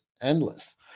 endless